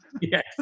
Yes